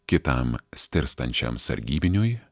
kitam stirstančiam sargybiniui